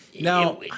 Now